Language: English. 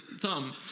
thumb